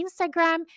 Instagram